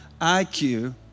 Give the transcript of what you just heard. IQ